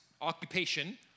occupation